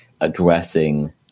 addressing